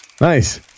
nice